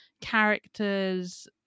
characters